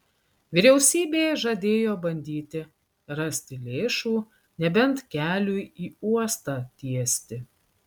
vyriausybė žadėjo bandyti rasti lėšų nebent keliui į uostą tiesti